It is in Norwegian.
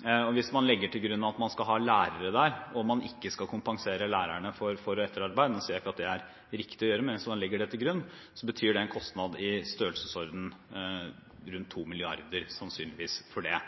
timene. Hvis man legger til grunn at man skal ha lærere der, og man ikke skal kompensere lærerne for for- og etterarbeid – nå sier jeg ikke at det er riktig å gjøre, men hvis man legger det til grunn – betyr det sannsynligvis en kostnad i størrelsesorden rundt 2 mrd. kr.